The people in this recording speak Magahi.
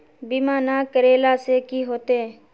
बीमा ना करेला से की होते?